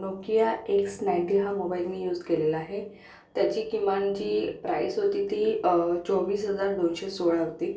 Nokia X ninety हा mobile मी use केलेला आहे त्याची किमान जी प्राईस होती ती चोवीस हजार दोनशे सोळा होती